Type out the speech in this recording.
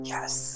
Yes